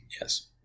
Yes